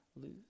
lose